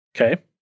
okay